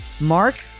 Mark